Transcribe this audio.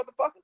motherfucker